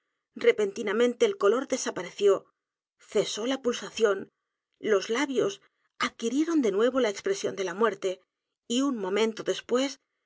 repentinamente el color desapareció cesó la pulsación los labios adquirieron de nuevo la expresión de la muerte y u n momento después